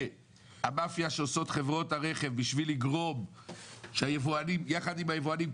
והמאפיה שעושות חברות הרכב ביחד עם היבואנים,